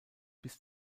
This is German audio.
bis